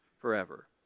forever